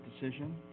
decision